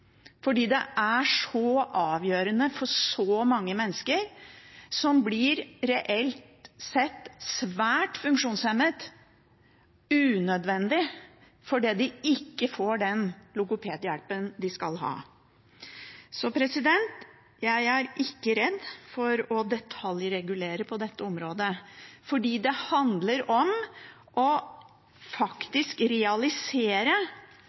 Det er så avgjørende for så mange mennesker som reelt sett blir svært funksjonshemmet, unødvendig, fordi de ikke får den logopedhjelpen de skal ha. Så jeg er ikke redd for å detaljregulere på dette området, for det handler om å realisere